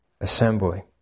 assembly